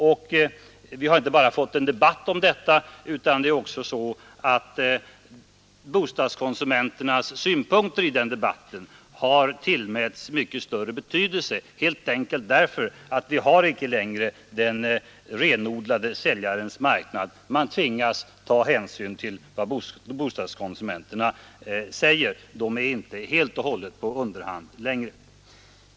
Och vi har — 4Y tomma lägenheinte bara fått en debatt om detta utan bostadskonsumenternas synpunk = !erinyproducerade ter i den debatten har också tillmätts mycket större betydelse, helt enkelt — us därför att vi icke längre har den renodlade säljarens marknad. Man tvingas ta hänsyn till vad bostadskonsumenterna säger; de är inte helt och hållet i underläge längre.